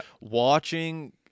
watching